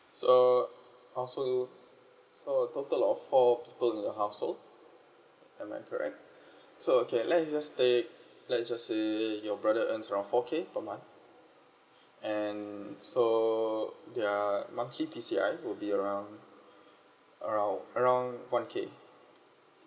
so household so a total of four people in your household am I correct so okay let me just take let it just say your brother earns around four K per month and so their monthly P_C_I will be around around around one K